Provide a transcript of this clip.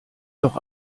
doch